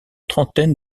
trentaine